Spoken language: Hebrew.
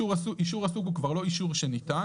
דבר ראשון - אישור הסוג הוא כבר לא אישור שניתן,